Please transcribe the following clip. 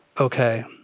okay